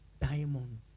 diamond